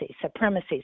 supremacy